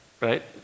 Right